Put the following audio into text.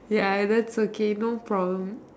ya that's okay no problem